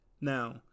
Now